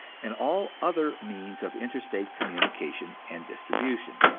and all other means of interstate communication and distribution.